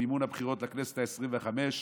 מימון הבחירות לכנסת העשרים-וחמש,